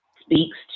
speaks